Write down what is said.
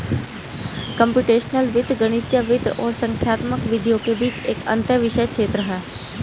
computational वित्त गणितीय वित्त और संख्यात्मक विधियों के बीच एक अंतःविषय क्षेत्र है